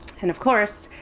and, of course,